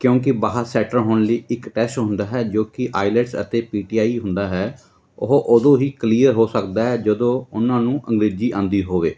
ਕਿਉਂਕਿ ਬਾਹਰ ਸੈਟਲ ਹੋਣ ਲਈ ਇੱਕ ਟੈਸਟ ਹੁੰਦਾ ਹੈ ਜੋ ਕਿ ਆਈਲੈਟਸ ਅਤੇ ਪੀ ਟੀ ਆਈ ਹੁੰਦਾ ਹੈ ਉਹ ਉਦੋਂ ਹੀ ਕਲੀਅਰ ਹੋ ਸਕਦਾ ਹੈ ਜਦੋਂ ਉਹਨਾਂ ਨੂੰ ਅੰਗਰੇਜ਼ੀ ਆਉਂਦੀ ਹੋਵੇ